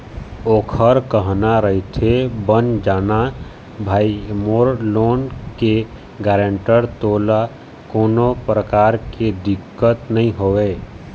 ओखर कहना रहिथे बन जाना भाई मोर लोन के गारेंटर तोला कोनो परकार के दिक्कत नइ होवय